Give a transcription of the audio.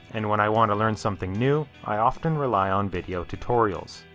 and when i want to learn something new, i often rely on video tutorials.